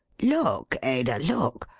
look, ada, look!